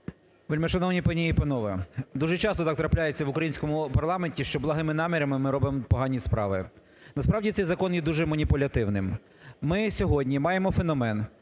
Вельмишановні пані і панове, дуже часто так трапляється в українському парламенті, що благими намірами ми робимо погані справи. Насправді, цей закон є дуже маніпулятивним. Ми сьогодні маємо феномен,